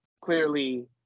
clearly